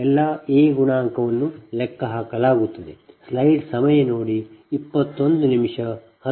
ಆದ್ದರಿಂದ ಎಲ್ಲಾ ಎ ಗುಣಾಂಕವನ್ನು ಲೆಕ್ಕಹಾಕಲಾಗುತ್ತದೆ